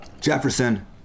Jefferson